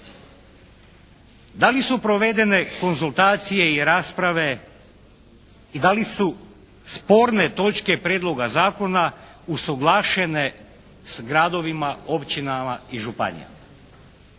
Da li su provedene konzultacije i rasprave i da li su sporne točke prijedloga zakona usuglašene s gradovima, općinama i županijama?